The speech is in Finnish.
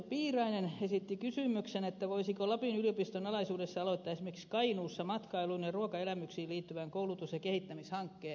piirainen esitti kysymyksen voisiko lapin yliopiston alaisuudessa aloittaa esimerkiksi kainuussa matkailuun ja ruokaelämyksiin liittyvän koulutus ja kehittämishankkeen